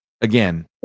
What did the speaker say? Again